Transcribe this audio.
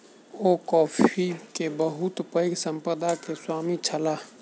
ओ coffee के बहुत पैघ संपदा के स्वामी छलाह